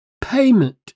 payment